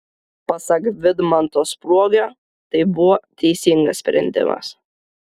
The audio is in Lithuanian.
pasak vidmanto spruogio tai buvo teisingas sprendimas